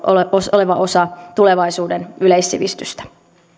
oleva osa tulevaisuuden yleissivistystä